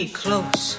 close